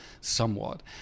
somewhat